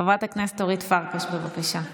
חברת הכנסת אורית פרקש, בבקשה.